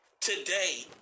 today